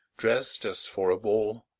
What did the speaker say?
dressed as for a ball,